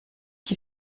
qui